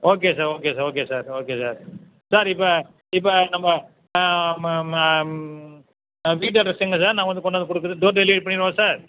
okay sir okay sir okay sir okay sir sir இப்போ இப்போ நம்ம ஆ ஆ வீட்டு அட்ரஸ் எங்கே சார் நான் வந்து கொண்டாந்து கொடுக்குறது டோர் டெலிவெரியே பண்ணிவிடவா சார்